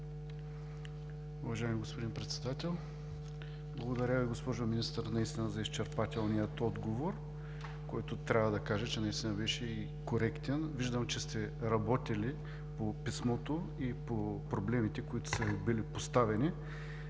Уважаеми господин Председател! Благодаря Ви, госпожо Министър, наистина за изчерпателния отговор, който трябва да кажа, че наистина беше и коректен. Виждам, че сте работили по писмото и по проблемите, които са Ви били поставени.